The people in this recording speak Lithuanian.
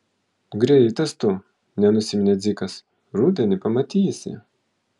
greitas tu nenusiminė dzikas rudenį pamatysi